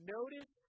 Notice